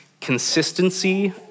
consistency